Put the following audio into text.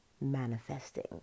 manifesting